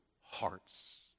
hearts